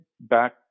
back